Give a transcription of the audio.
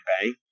bang